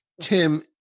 Tim